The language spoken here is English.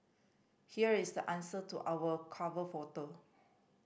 here is the answer to our cover photo